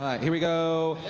here we go.